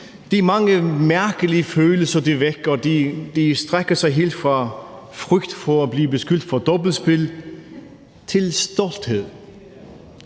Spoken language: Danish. de mange mærkelige følelser, det vækker, strækker sig helt fra frygt for at blive beskyldt for dobbeltspil til stolthed